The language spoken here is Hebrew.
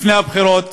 לפני הבחירות